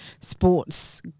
sports